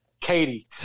Katie